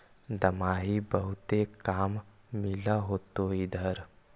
दमाहि बहुते काम मिल होतो इधर?